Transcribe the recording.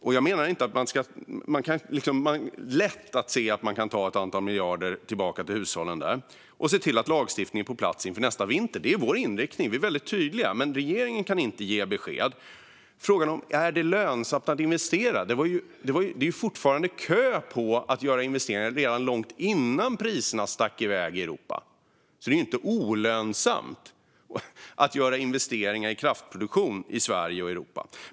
Det är lätt att se att man kan ta ett antal miljarder tillbaka till hushållen där och se till att lagstiftning är på plats inför nästa vinter. Det är vår inriktning; vi är väldigt tydliga, men regeringen kan inte ge besked. När det gäller frågan om det är lönsamt att investera var det kö till att göra investeringar redan långt innan priserna stack iväg i Europa och är det fortfarande, så det är ju inte olönsamt att göra investeringar i kraftproduktion i Sverige och Europa.